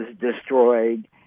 destroyed